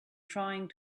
trying